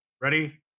Ready